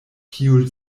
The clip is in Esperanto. kiu